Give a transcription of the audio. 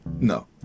No